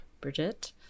Bridget